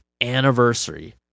anniversary